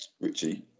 Richie